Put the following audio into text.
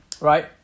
Right